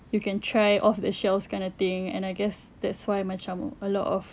you can try off the shelves kind of thing and I guess that's why macam a lot of